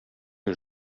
que